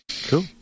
Cool